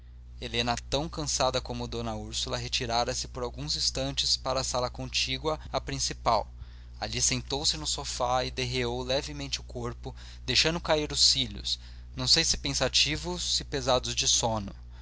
helena tão cansada como d úrsula retirara se por alguns instantes para a sala contígua à principal ali sentou-se num sofá e derreou levemente o corpo deixando cair os cílios não sei se pensativos se pesados de sono